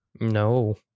No